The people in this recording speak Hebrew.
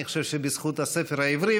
אני חושב שבזכות הספר העברי.